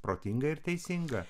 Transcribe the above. protinga ir teisinga